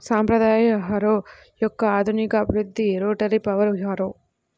సాంప్రదాయ హారో యొక్క ఆధునిక అభివృద్ధి రోటరీ పవర్ హారో